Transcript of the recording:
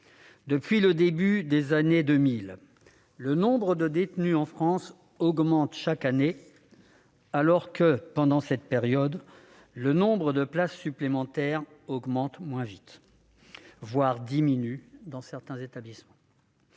Depuis le début des années 2000, le nombre de détenus en France a augmenté chaque année, alors que, pendant cette période, le nombre de places supplémentaires a crû moins vite, voire a diminué dans certains établissements.